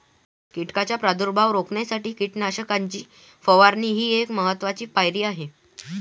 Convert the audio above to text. कीटकांचा प्रादुर्भाव रोखण्यासाठी कीटकनाशकांची फवारणी ही एक महत्त्वाची पायरी आहे